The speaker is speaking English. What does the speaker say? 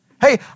Hey